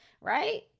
right